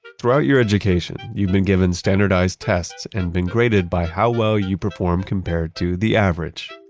throughout your education, you've been given standardized tests and been graded by how well you perform compared to the average.